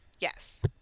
Yes